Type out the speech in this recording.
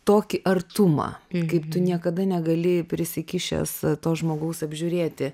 tokį artumą kaip tu niekada negalėjai prisikišęs to žmogaus apžiūrėti